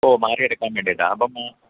ഓ മാറി എടുക്കാൻ വേണ്ടിയിട്ടാണ് അപ്പം